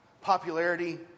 Popularity